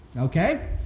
Okay